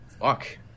fuck